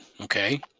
Okay